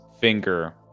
finger